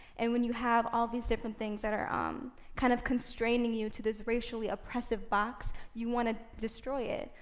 and when you have all these different things that are um kind of constraining you to this racially-oppressive box, you wanna destroy it.